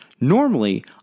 Normally